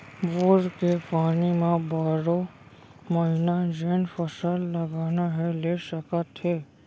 bore के पानी म बारो महिना जेन फसल लगाना हे ले सकत हे